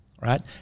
Right